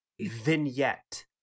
Vignette